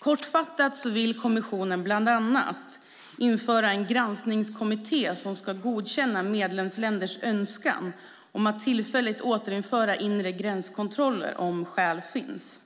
Kortfattat vill kommissionen bland annat införa en granskningskommitté som ska godkänna medlemsländers önskan att tillfälligt återinföra inre gränskontroller om skäl finns.